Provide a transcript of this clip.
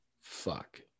Fuck